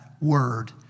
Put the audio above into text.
word